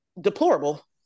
deplorable